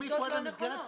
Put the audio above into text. נכון.